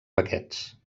paquets